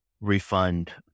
refund